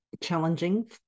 challenging